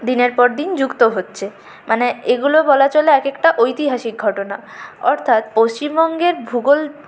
দিনের পর দিন যুক্ত হচ্ছে মানে এগুলো বলা চলে এক একটা ঐতিহাসিক ঘটনা অর্থাৎ পশ্চিমবঙ্গের ভূগোল